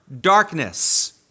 darkness